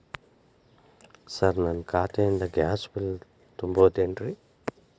Sir ನನ್ನ ಖಾತೆಯಿಂದ gas bill ತುಂಬಹುದೇನ್ರಿ?